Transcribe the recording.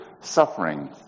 suffering